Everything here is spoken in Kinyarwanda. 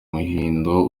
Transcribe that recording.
muhindo